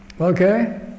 Okay